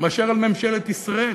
מאשר על ממשלת ישראל,